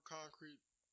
concrete